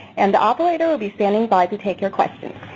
and the operator will be standing by to take your questions.